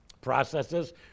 processes